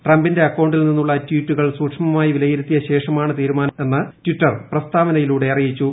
ട്രംപിന്റെ അക്കൌണ്ടിൽ നിന്നുളള ട്വീറ്റുകൾ സൂക്ഷ്മമായി വിലയിരുത്തിയ ശേഷമാണ് തീരുമാന്യ്മെന്ന് ടിറ്റർ പ്രസ്താവനയിലൂടെ അറിയിച്ചു